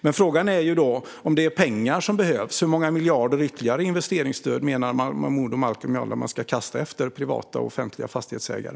Men frågan är: Om det är pengar som behövs - hur många ytterligare miljarder i investeringsstöd menar Momodou Malcolm Jallow att man ska kasta efter privata och offentliga fastighetsägare?